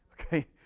Okay